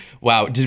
Wow